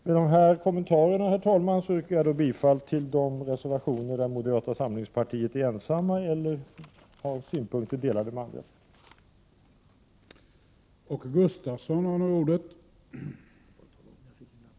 Med de här kommentarerna, herr talman, yrkar jag bifall till de reservationer där moderata samlingspartiets representanter ensamma eller tillsammans med andra partiers representanter har framfört synpunkter.